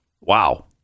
Wow